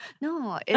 No